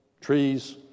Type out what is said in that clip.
trees